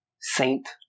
Saint